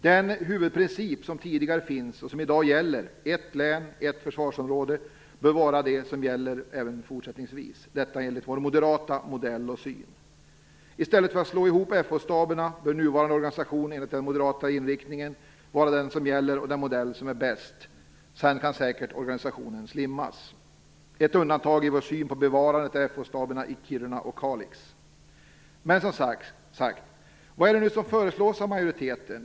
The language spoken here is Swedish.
Den huvudprincip som tidigare finns och som i dag gäller, om ett län-ett försvarsområde, bör vara det som gäller även fortsättningsvis - detta enligt vår moderata modell. I stället för att slå ihop FO-staberna bör nuvarande organisation, enligt den moderata inriktningen, vara den som gäller och vara den modell som är bäst. Sedan kan säkert organisationen slimmas. Ett undantag i vår syn på bevarandet är FO Men som sagt var: Vad är det nu som föreslås av majoriteten?